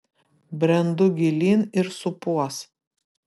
brendu gilyn ir supuos